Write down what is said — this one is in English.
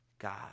God